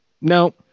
No